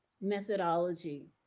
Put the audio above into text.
methodology